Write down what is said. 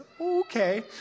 okay